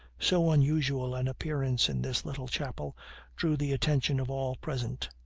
so unusual an appearance in this little chapel drew the attention of all present,